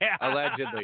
Allegedly